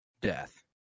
death